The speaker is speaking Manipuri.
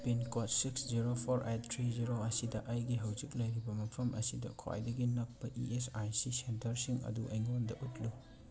pin code six zero four eight three zero ꯑꯁꯤꯗ ꯑꯩꯒꯤ ꯍꯧꯖꯤꯛ ꯂꯩꯔꯤꯕ ꯃꯐꯝ ꯑꯁꯤꯗ ꯈ꯭ꯋꯥꯏꯗꯒꯤ ꯅꯛꯄ ꯏ ꯑꯦꯁ ꯑꯥꯏ ꯁꯤ ꯁꯦꯟꯇꯔꯁꯤꯡ ꯑꯗꯨ ꯑꯩꯉꯣꯟꯗ ꯎꯠꯂꯨ